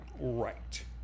Right